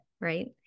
right